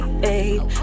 babe